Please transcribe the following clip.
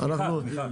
אנחנו --- תמיכה.